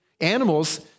Animals